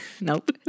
Nope